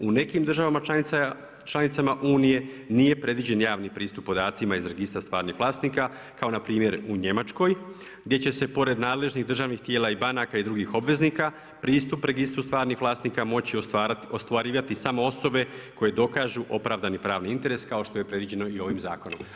U nekim državama članicama Unije nije predviđen javni pristup podacima iz registra stvarnih vlasnika kao npr. u Njemačkoj gdje će se pored nadležnih državnih tijela i banaka i drugih obveznika pristup registru stvarnih vlasnika moći ostvarivati samo osobe koje dokažu opravdani pravni interes kao što je i predviđeno i ovim zakonom.